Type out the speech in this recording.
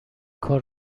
کار